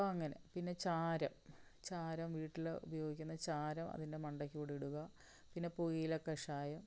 അപ്പോള് അങ്ങനെ പിന്നെ ചാരം ചാരം വീട്ടില് ഉപയോഗിക്കുന്ന ചാരം അതിൻ്റെ മണ്ടയ്ക്കൂടെ ഇടുക പിന്നെ പുകയിലക്കഷായം